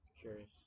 Curious